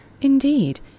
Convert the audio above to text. Indeed